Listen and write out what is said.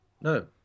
No